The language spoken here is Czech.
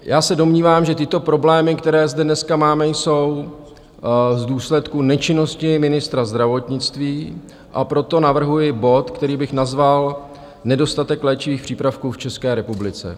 Já se domnívám, že tyto problémy, které zde dneska máme, jsou v důsledku nečinnosti ministra zdravotnictví, a proto navrhuji bod, který bych nazval Nedostatek léčivých přípravků v České republice.